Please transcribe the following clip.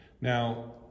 now